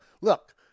look